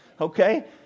Okay